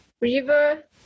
river